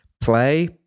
play